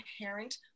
inherent